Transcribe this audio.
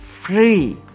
free